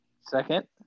Second